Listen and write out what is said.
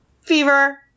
Fever